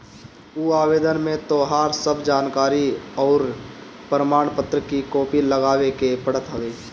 उ आवेदन में तोहार सब जानकरी अउरी प्रमाण पत्र के कॉपी लगावे के पड़त हवे